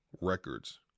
records